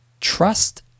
trust